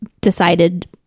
decided